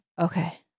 Okay